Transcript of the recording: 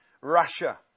Russia